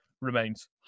remains